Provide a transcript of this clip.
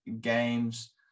games